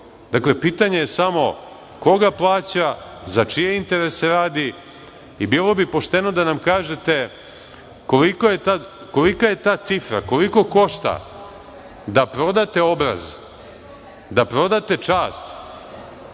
Dakle, pitanje je samo ko ga plaća, za čije interese radi i bilo bi pošteno da nam kažete kolika je ta cifra, koliko košta da prodate obraz, da prodate čast